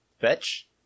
Fetch